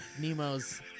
Nemo's